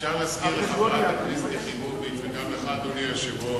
לחברת הכנסת יחימוביץ, וגם לך, אדוני היושב-ראש,